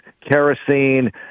kerosene